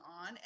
on